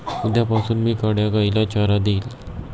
उद्यापासून मी काळ्या गाईला चारा देईन